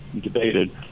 debated